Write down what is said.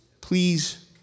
Please